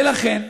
ולכן,